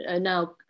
now